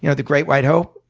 you know the great white hope.